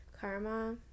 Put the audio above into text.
karma